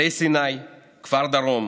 אלי סיני, כפר דרום,